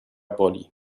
boli